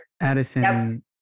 addison